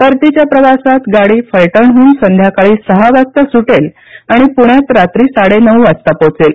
परतीच्या प्रवासात गाडी फलटणहून संध्याकाळी सहा वाजता सुटेल आणि पूण्यात रात्री साडे नऊ वाजता पोहोचेल